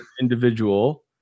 individual